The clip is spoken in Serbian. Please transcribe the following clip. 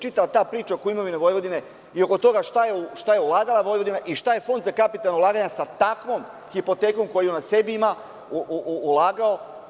Čitava ta priča oko imovine Vojvodine i oko toga šta je ulagala Vojvodina i šta je Fond za kapitalna ulaganja sa takvom hipotekom, koju na sebi ima, ulagao.